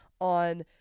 on